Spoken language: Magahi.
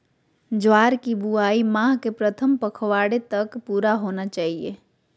ज्वार की बुआई माह के प्रथम पखवाड़े तक पूरा होना चाही